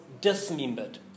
dismembered